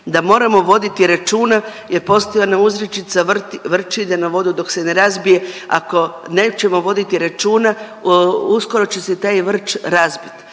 da moramo voditi računa jer postoji ona uzrečica, vrč ide na vodu dok se ne razbije, ako nećemo voditi računa uskoro će se taj vrč razbit.